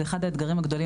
זה אחד האתגרים הגדולים,